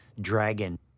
dragon